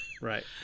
right